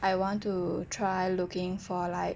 I want to try looking for like